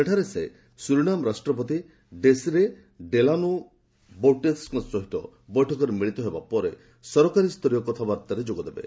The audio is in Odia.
ସେଠାରେ ସେ ସୁରିନାମ୍ ରାଷ୍ଟ୍ରପତି ଡେସିରେ ଡେଲାନୋ ବୌଟେର୍ସଙ୍କ ସହ ବୈଠକରେ ମିଳିତ ହେବା ପରେ ସରକାରୀ ସ୍ତରୀୟ କଥାବାର୍ତ୍ତାରେ ଯୋଗ ଦେବେ